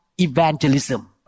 evangelism